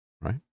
right